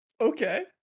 Okay